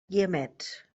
guiamets